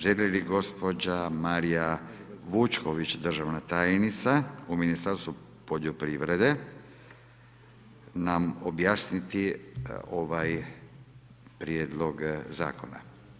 Želi li gospođa Marija Vučković, državna tajnica u Ministarstvu poljoprivrede nam objasniti ovaj Prijedlog Zakona?